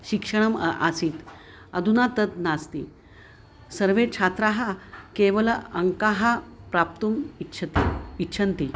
शिक्षणम् आसीत् अधुना तद् नास्ति सर्वे छात्राः केवलम् अङ्कान् प्राप्तुम् इच्छन्ति इच्छन्ति